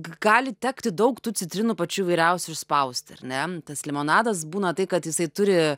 g gali tekti daug tų citrinų pačių įvairiausių išspausti ar ne tas limonadas būna tai kad jisai turi